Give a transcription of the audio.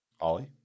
Ollie